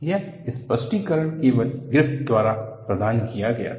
यह स्पष्टीकरण केवल ग्रिफ़िथ द्वारा प्रदान किया गया था